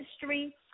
history